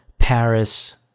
Paris